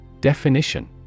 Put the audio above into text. Definition